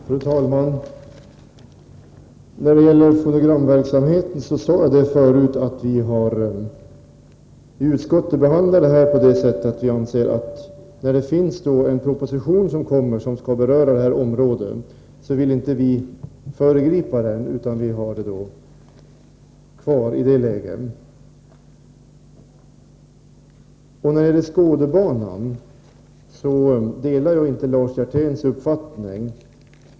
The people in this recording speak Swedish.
Fru talman! När det gäller fonogramverksamheten sade jag förut att utskottet inte vill föregripa den proposition på detta område som har aviserats och därför vill ha denna verksamhet kvar. I fråga om Skådebanan delar jag inte Lars Hjerténs uppfattning.